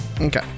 Okay